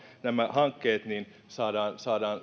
nämä hankkeet saadaan saadaan